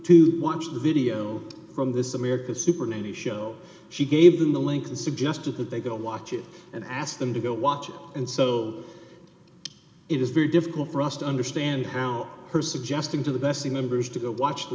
to watch the video from this american supernanny show she gave them the link and suggested that they go watch it and ask them to go watch it and so it is very difficult for us to understand how her suggesting to the best members to go watch the